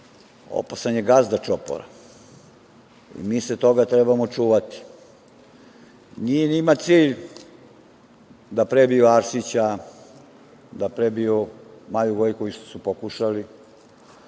opasan je gazda čopora. Mi se toga trebamo čuvati. Nije njima cilj da prebiju Arsića, da prebiju Maju Gojković, što su pokušali,